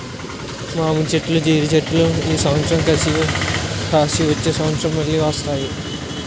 మామిడి చెట్లు జీడి చెట్లు ఈ సంవత్సరం కాసి వచ్చే సంవత్సరం మల్ల వస్తాయి